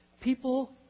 People